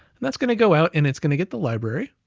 and that's gonna go out, and it's gonna get the library